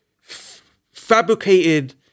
fabricated